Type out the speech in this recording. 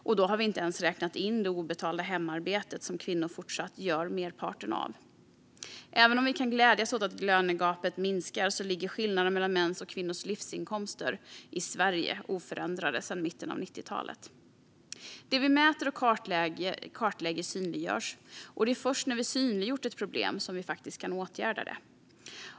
Och då har vi inte ens räknat in det obetalda hemarbete som kvinnor även fortsatt gör merparten av. Även om vi kan glädjas åt att lönegapet minskar ligger skillnaden i Sverige mellan mäns och kvinnors livsinkomster oförändrade sedan mitten av 90-talet. Det vi mäter och kartlägger synliggörs. Det är först när vi har synliggjort ett problem som vi faktiskt kan åtgärda det.